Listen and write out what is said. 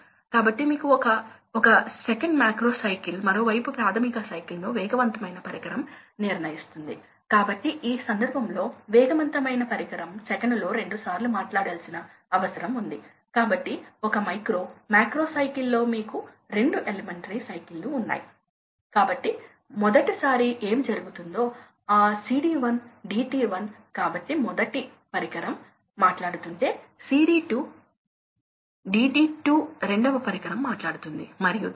కాబట్టి మునుపటి ఈ సందర్భంలో ఫ్యాన్స్ విషయంలో మీరు డాంపర్ లు ఉంచారు పంపుల విషయంలో మీరు వాల్వ్స్ ను ఉంచారు మా మునుపటి పాఠంలో మేము ఇప్పటికే చూసిన ఫ్లో కంట్రోల్ వాల్వ్స్ కాబట్టి మీరు వాల్వ్ను మూసివేసినప్పుడు దీనిని సాధారణంగా థ్రోట్లింగ్ అని పిలుస్తారు కాబట్టి ఇది చూపిస్తుంది ఆపరేటింగ్ పాయింట్ ఎలా మారుతుంది మీకు ఒక సిస్టం తెరిచి ఉంటే మరొక సిస్టం థ్రోట్లిడ్ ను కలిగి ఉంటే లోడ్ కర్వ్ మారుతుంది మరియు ఆపరేటింగ్ పాయింట్లు దీని నుండి ఈ వైపుకు మారుతాయని మీరు మళ్ళీ చూస్తారు